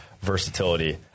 versatility